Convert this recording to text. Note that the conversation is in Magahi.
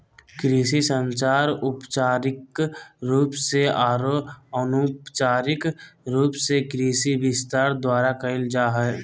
कृषि संचार औपचारिक रूप से आरो अनौपचारिक रूप से कृषि विस्तार द्वारा कयल जा हइ